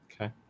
Okay